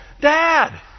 Dad